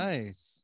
Nice